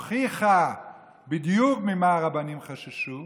היום הוכיחה בדיוק ממה הרבנים חששו.